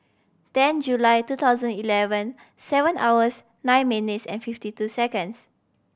ten July two thousand eleven seven hours nine minutes and fifty two seconds